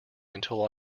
until